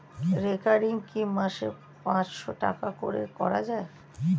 Recurring কি মাসে পাঁচশ টাকা করে করা যায়?